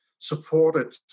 Supported